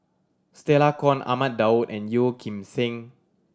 Stella Kon Ahmad Daud and Yeo Kim Seng